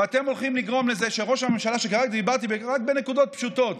ואתם הולכים לגרום לזה שראש הממשלה שדיברתי עליו רק בנקודות פשוטות,